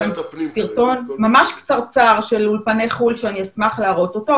סרטון ממש קצרצר של אולפני חו"ל שאני אשמח להראות אותו,